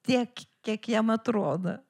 tiek kiek jam atrodo